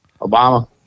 Obama